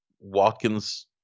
Watkins